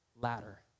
ladder